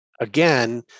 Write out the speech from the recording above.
again